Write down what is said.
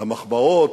למחמאות,